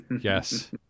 Yes